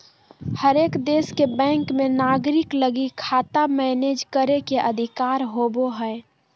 हरेक देश के बैंक मे नागरिक लगी खाता मैनेज करे के अधिकार होवो हय